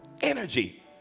energy